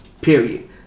period